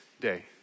day